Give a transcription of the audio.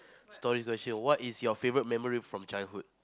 story question what is your favourite memory from childhood